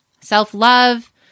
self-love